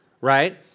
right